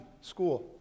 school